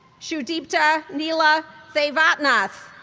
sudipta nila devatnath,